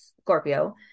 Scorpio